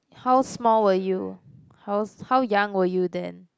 how small were you how's how young were you then